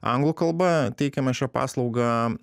anglų kalba teikiame šią paslaugą